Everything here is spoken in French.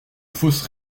fausses